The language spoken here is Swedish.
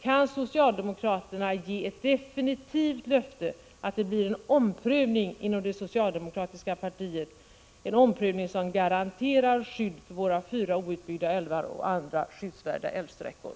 Kan socialdemokraterna ge ett definitivt löfte att det blir en omprövning inom det socialdemokratiska partiet som garanterar skydd för våra fyra outbyggda älvar och andra skyddsvärda älvsträckor?